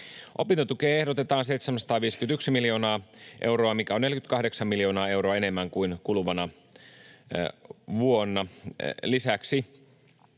Opintotukeen ehdotetaan 751 miljoonaa euroa, mikä on 48 miljoonaa euroa enemmän kuin kuluvana vuonna.